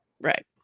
Right